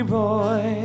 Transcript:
boy